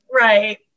Right